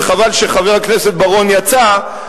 וחבל שחבר הכנסת בר-און יצא,